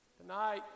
tonight